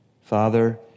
father